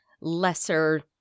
lesser